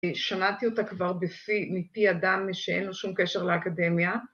‫שמעתי אותה כבר מפי אדם ‫שאין לו שום קשר לאקדמיה.